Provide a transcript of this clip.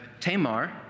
Tamar